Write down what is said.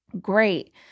great